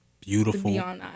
Beautiful